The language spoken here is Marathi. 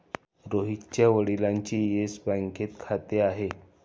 रोहितच्या वडिलांचे येस बँकेत खाते आहे